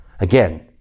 again